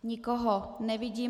Nikoho nevidím.